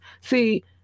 See